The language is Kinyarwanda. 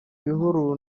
ibihuru